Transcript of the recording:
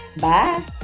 Bye